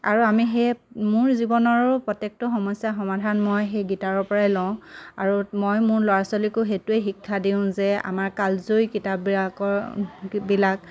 আৰু আমি সেয়ে মোৰ জীৱনৰো প্ৰত্যেকটো সমস্যাৰ সমাধান মই সেই গীতাৰ পৰাই লওঁ আৰু মই মোৰ ল'ৰা ছোৱালীকো সেইটোৱে শিক্ষা দিওঁ যে আমাৰ কালজয়ী কিতাপবিলাকৰ বিলাক